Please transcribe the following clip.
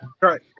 Right